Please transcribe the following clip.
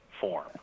form